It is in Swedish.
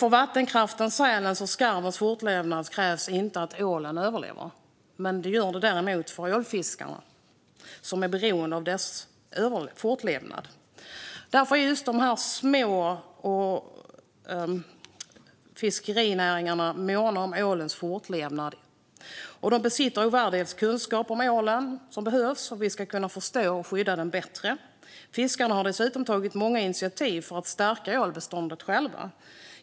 För vattenkraftens, sälens och skarvens fortlevnad krävs inte att ålen överlever. Det gör det däremot för ålfiskarna, som är beroende av dess fortlevnad. Därför är de små fiskerinäringarna måna om ålens fortlevnad, och de besitter ovärderliga kunskaper om ålen som behövs om vi ska kunna förstå och skydda den bättre. Fiskarna har dessutom själva tagit många initiativ för att stärka ålbeståndet.